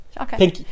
Okay